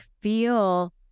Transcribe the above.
feel